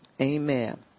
amen